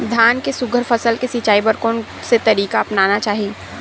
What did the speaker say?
धान के सुघ्घर फसल के सिचाई बर कोन से तरीका अपनाना चाहि?